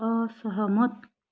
असहमत